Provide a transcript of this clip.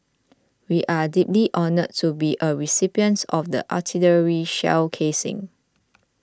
we are deeply honoured to be a recipient of the artillery shell casing